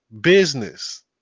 business